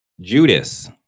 Judas